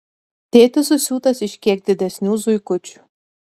tėtis susiūtas iš kiek didesnių zuikučių